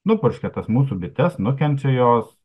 nupurškia tas mūsų bites nukenčia jos